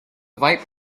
ripe